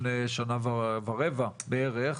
לפני שנה ורבע בערך,